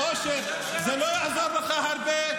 --- אושר, זה לא יעזור לך הרבה.